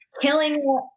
Killing